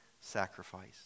sacrifice